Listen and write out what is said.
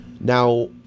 now